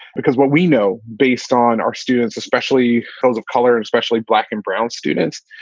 because what we know based on our students, especially those of color, especially black and brown students,